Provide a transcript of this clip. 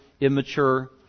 immature